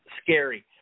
scary